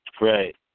Right